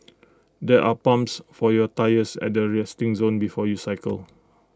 there are pumps for your tyres at the resting zone before you cycle